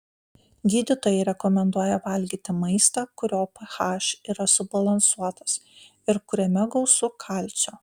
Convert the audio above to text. gydytojai rekomenduoja valgyti maistą kurio ph yra subalansuotas ir kuriame gausu kalcio